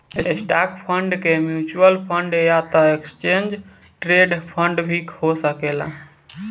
stock fund के mutual fund या त एक्सचेंज ट्रेड फंड भी हो सकेला